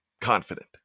confident